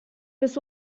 this